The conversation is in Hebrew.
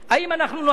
נגיד: תשמע,